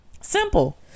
Simple